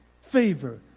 favor